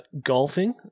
golfing